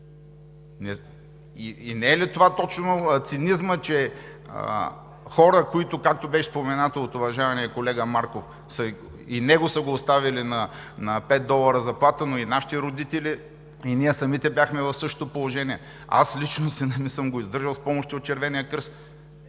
Не е ли това точно цинизмът – че както беше споменато от уважаемия колега Марков, и него са го оставили на пет долара заплата, но и нашите родители, и ние самите бяхме в същото положение. Аз лично сина ми съм го издържал с помощи от Червения кръст.